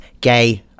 Gay